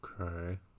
Okay